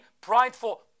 prideful